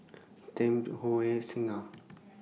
Tempt Huawei Singha